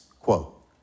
quote